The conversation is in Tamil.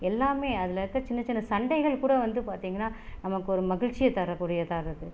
எல்லாமே அதில் இருக்கிற சின்ன சின்ன சண்டைகள் கூட வந்து பார்த்தீங்கன்னா நமக்கு ஒரு மகிழ்ச்சியை தரக்கூடியதாக இருக்குது